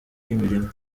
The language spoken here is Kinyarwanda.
y’imirimo